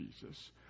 Jesus